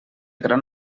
gran